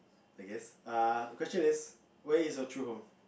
I guess uh question is where is your true home